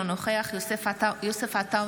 אינו נוכח יוסף עטאונה,